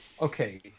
okay